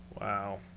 Wow